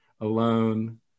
alone